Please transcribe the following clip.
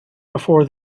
before